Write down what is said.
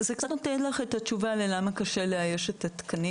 זה קצת נותן לך את התשובה למה קשה לאייש את התקנים האלה.